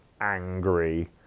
angry